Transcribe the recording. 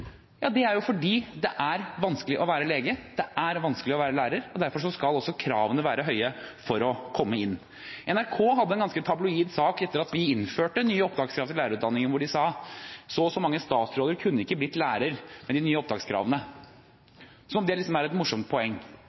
Det er fordi det er vanskelig å være lege, og det er vanskelig å være lærer. Derfor skal også kravene være høye for å komme inn. NRK hadde en ganske tabloid sak etter at vi innførte nye opptakskrav til lærerutdanningen, hvor de sa: Så og så mange statsråder kunne ikke blitt lærer med de nye opptakskravene. Akkurat som om det er et morsomt poeng